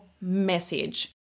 message